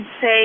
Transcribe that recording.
say